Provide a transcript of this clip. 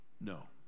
No